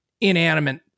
inanimate